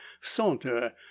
saunter